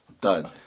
done